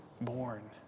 born